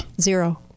Zero